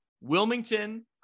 Wilmington